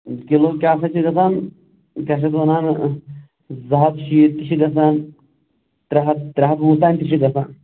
kilo کیٛاہ سا چھِ گژھان کیٛاہ چھِ اَتھ وَنان زٕ ہَتھ شیٖتھ تہِ چھِ گژھان ترٛےٚ ہَتھ ترٛےٚ ہَتھ وُہ تانۍ تہِ چھُ گژھان